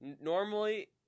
Normally